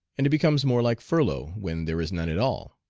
and it becomes more like furlough when there is none at all.